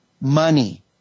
money